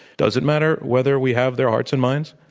does it matter whether we have their hearts and minds?